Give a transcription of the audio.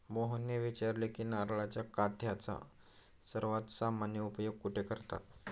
मोहनने विचारले की नारळाच्या काथ्याचा सर्वात सामान्य उपयोग कुठे करतात?